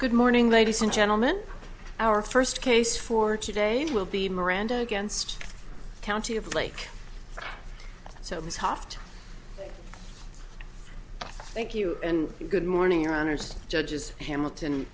good morning ladies and gentlemen our first case for today and will be miranda against county of like so he's huffed thank you and good morning honors judges hamilton